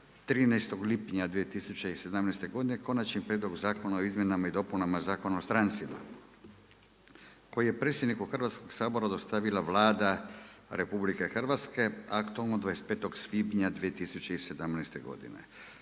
13. lipnja 2017. godine Konačni prijedlog Zakona o izmjenama i dopunama Zakona o strancima koji je predsjedniku Hrvatskog sabora dostavila Vlada RH, aktom od 25. svibnja 2017. godine.